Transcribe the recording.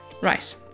Right